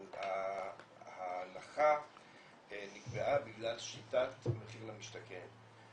אבל ההנחה נקבעה בגלל שיטת 'מחיר למשתכן'.